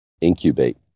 incubate